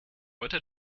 heute